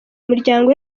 umuryango